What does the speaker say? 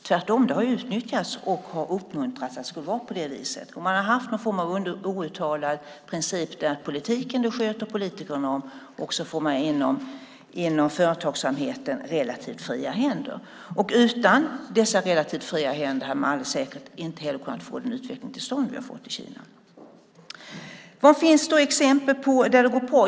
Det har tvärtom utnyttjats och uppmuntrats. Man har haft någon form av outtalad princip om att politiken sköter politikerna om och att företagsamheten får relativt fria händer. Utan dessa relativt fria händer hade man säkert inte fått en utveckling till stånd i Kina. Var finns då exempel där det har gått bra?